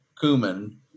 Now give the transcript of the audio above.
cumin